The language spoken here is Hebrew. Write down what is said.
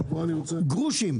גרושים,